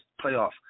playoff